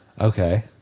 Okay